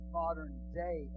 modern-day